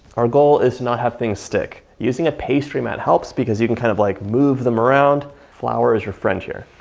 our goal is not happening stick using a pastry mart helps because you can kinda kind of like move them around flour is your friend here,